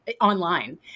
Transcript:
online